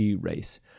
race